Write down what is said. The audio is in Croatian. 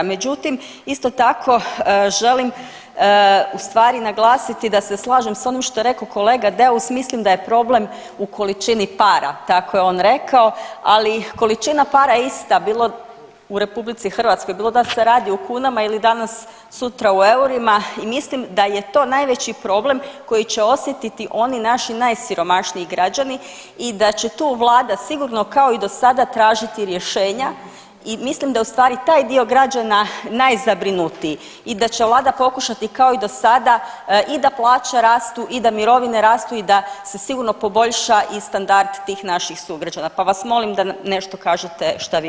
Međutim, isto tako želim u stvari naglasiti da se slažem s onom što je rekao kolega Daus mislim da je problem u količini para, tako je on rekao, ali količina para je ista, bilo u RH, bilo da se radi o kunama ili danas sutra u eurima i mislim da je to najveći problem koji će osjetiti oni naši najsiromašniji građani i da će tu vlada sigurno kao i do sada tražiti rješenja i mislim da je u stvari taj dio građana najzabrinutiji i da će vlada pokušati kao i do sada i da plaće rastu i da mirovine rastu i da se sigurno poboljša i standard tih naših sugrađana, pa vas molim da nešto kažete šta vi mislite o tome.